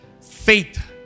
Faith